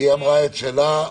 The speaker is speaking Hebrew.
היא אמרה את שלה.